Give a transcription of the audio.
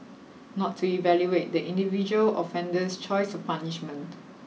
not to evaluate the individual offender's choice of punishment